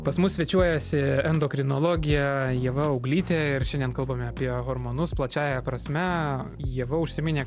pas mus svečiuojasi endokrinologė ieva auglytė ir šiandien kalbame apie hormonus plačiąja prasme ieva užsiminė